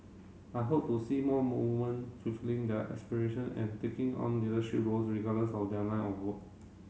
I hope to see more woman fulfilling their aspiration and taking on leadership roles regardless of their line of work